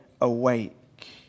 awake